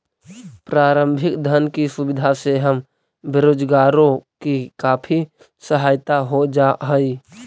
प्रारंभिक धन की सुविधा से हम बेरोजगारों की काफी सहायता हो जा हई